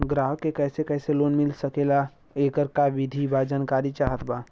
ग्राहक के कैसे कैसे लोन मिल सकेला येकर का विधि बा जानकारी चाहत बा?